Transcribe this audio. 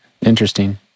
Interesting